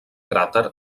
cràter